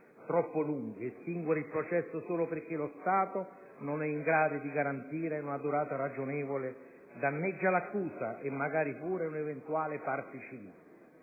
troppo lunghi. Estinguere il processo solo perché lo Stato non è in grado di garantirne una durata ragionevole danneggia l'accusa e, magari, pure un'eventuale parte civile.